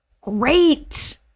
great